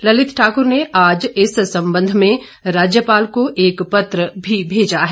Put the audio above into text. ललित ठाकुर ने आज इस संबंध में राज्यपाल को एक पत्र भी भेजा है